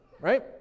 right